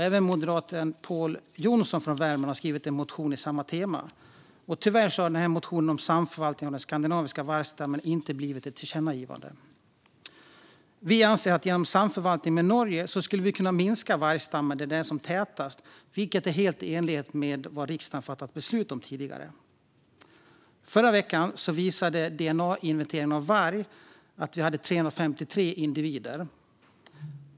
Även moderaten Pål Jonson från Värmland har skrivit en motion med samma tema. Tyvärr har motionen om samförvaltning av den skandinaviska vargstammen inte lett till ett tillkännagivande. Vi anser att vi genom samförvaltning med Norge skulle kunna minska vargstammen där den är som tätast, vilket är helt i enlighet med vad riksdagen har fattat beslut om tidigare. Förra veckan visade DNA-inventeringen av varg att vi hade 353 individer.